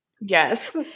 Yes